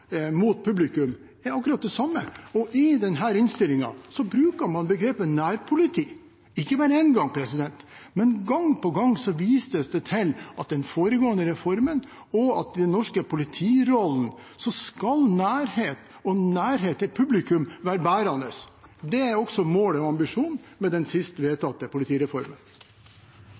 mot publikum, er akkurat det samme. Og i denne innstillingen bruker man begrepet «nærpoliti». Ikke bare én gang, men gang på gang vises det til den foregående reformen og at i den norske politirollen skal nærhet – og nærhet til publikum – være bærende. Det er også målet og ambisjonen med den sist vedtatte politireformen.